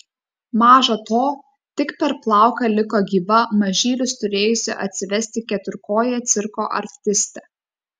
maža to tik per plauką liko gyva mažylius turėjusi atsivesti keturkojė cirko artistė